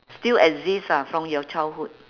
still exist ah from your childhood